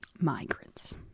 Migrants